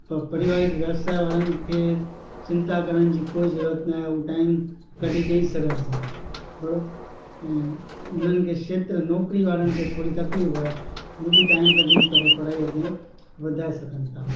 त परिवारिक व्यवसाय वारनि खे चिंता करण जी कोई ज़रूरत न आहे हू टाइम कढी ॾेई सघनि था बरो ऐं हुननि खे खेत्रु नौकिरी वारनि खे थोरी तकलीफ़ आहे हू बि टाइम कढी करे पढ़ाई अॻियां वधाए सघनि था